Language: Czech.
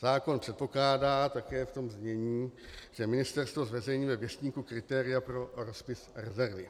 Zákon předpokládá také v tom znění, že ministerstvo zveřejňuje ve Věstníku kritéria pro rozpis rezervy.